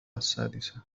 السادسة